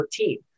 14